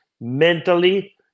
mentally